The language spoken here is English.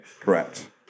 Correct